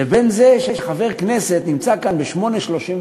לבין זה שחבר כנסת נמצא כאן ב-20:35,